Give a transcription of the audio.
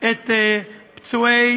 את פצועי